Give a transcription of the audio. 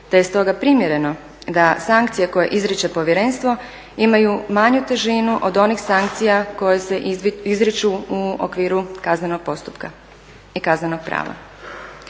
te je stoga primjereno da sankcije koje izriče povjerenstvo imaju manju težinu od onih sankcija koje se izriču u okviru kaznenog postupka i kaznenog prava.